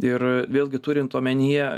ir vėlgi turint omenyje